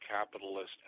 capitalist